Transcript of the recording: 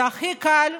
זה הכי קל,